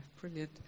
Brilliant